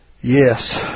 Yes